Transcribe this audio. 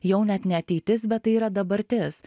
jau net ne ateitis bet tai yra dabartis